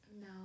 No